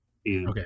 Okay